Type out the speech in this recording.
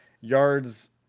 yards